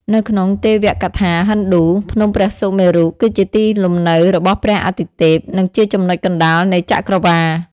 នៅក្នុងទេវកថាហិណ្ឌូ ភ្នំព្រះសុមេរុ គឺជាទីលំនៅរបស់ព្រះអាទិទេព និងជាចំណុចកណ្តាលនៃចក្រវាឡ។